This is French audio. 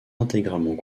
intégralement